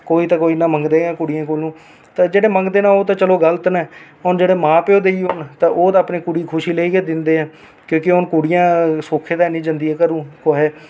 कोई ता कोई ते मंगदे गै न कुड़ियें कोलूं ते जेह्ड़े मंगदे न ओह् तां चलो गलत ऐ ते हून जेह्ड़े मां प्यो देन तां ओह् ते अपनी कुड़ी दी खुशी लेई गै दिंदे न क्यूंकि हून कुड़ियां सौखे ते निं जंदियां घरूं कुसै दा